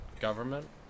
government